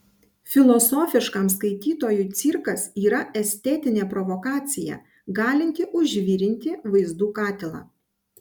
filosofiškam skaitytojui cirkas yra estetinė provokacija galinti užvirinti vaizdų katilą